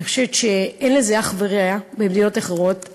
אני חושבת שאין לזה אח ורע במדינות אחרות.